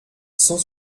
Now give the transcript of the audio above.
cent